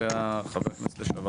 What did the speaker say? אייזנר.